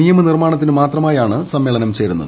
നിയമ നിർമാണത്തിനുമാത്രമാണ് സമ്മേളനം ചേരുന്നത്